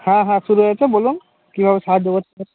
হ্যাঁ হ্যাঁ শুরু হয়েছে বলুন কীভাবে সাহায্য করতে